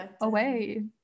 away